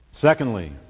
Secondly